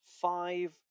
five